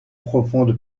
profonde